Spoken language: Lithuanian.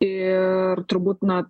ir turbūt na